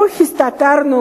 או הסתתרנו